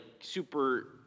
super